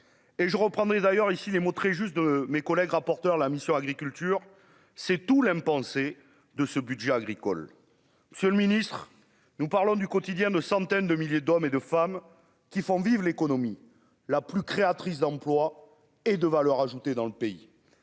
et je reprendrai d'ailleurs ici les mots très juste de mes collègues rapporteurs la mission Agriculture c'est tout l'impensé de ce budget agricole ce le ministre nous parlons du quotidien de centaines de milliers d'hommes et de femmes qui font vivre l'économie la plus créatrice d'emplois et de valeurs ajoutées dans le pays